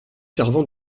servant